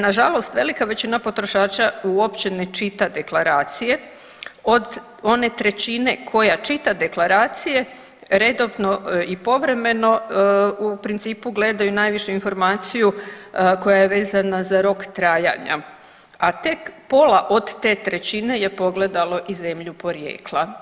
Nažalost, velika većina potrošača uopće ne čita deklaracije, od one trećine koja čita deklaracije redovno i povremeno u principu gledaju najviše informaciju koja je vezana za rok trajanja, a tek pola od te trećine je pogledalo i zemlju porijekla.